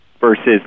versus